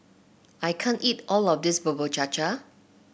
I can't eat all of this Bubur Cha Cha